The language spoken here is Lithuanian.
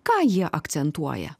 ką jie akcentuoja